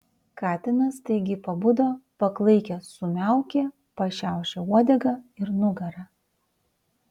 katinas staigiai pabudo paklaikęs sumiaukė pašiaušė uodegą ir nugarą